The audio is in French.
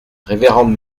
révérende